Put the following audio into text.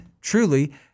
truly